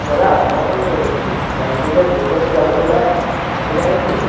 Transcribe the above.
দাদা মই গাড়ীখন যে বুক কৰিছিলোঁ আপুনি ওলাই আহিলে নেকি